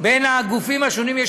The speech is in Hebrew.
בין הגופים השונים.